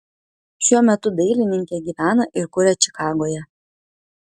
šiuo metu dailininkė gyvena ir kuria čikagoje